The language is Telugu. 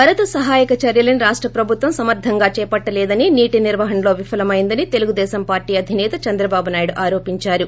వరద సహాయక చర్యల్ని రాష్ట ప్రభుత్వం సమర్థంగా చేపట్టలేదని నీటి నిర్వహణలో విఫలమైందని తెలుగుదేశం పార్టీ అధిసేత చంద్రబాబు నాయుడు ఆరోపిందారు